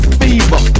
fever